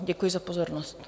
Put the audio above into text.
Děkuji za pozornost.